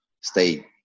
stay